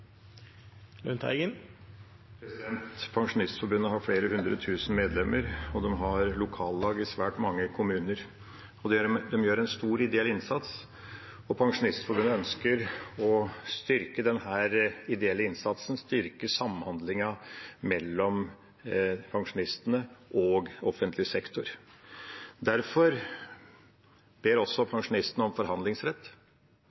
Pensjonistforbundet har flere hundre tusen medlemmer, og de har lokallag i svært mange kommuner. De gjør en stor ideell innsats, og de ønsker å styrke denne ideelle innsatsen, styrke samhandlingen mellom pensjonistene og offentlig sektor. Derfor ber